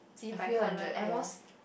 a few hundred ya